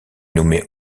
nommé